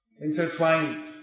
intertwined